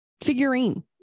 figurine